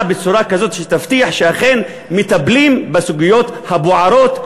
בצורה שתבטיח שאכן מטפלים בסוגיות הבוערות,